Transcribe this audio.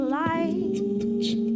light